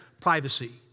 Privacy